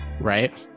right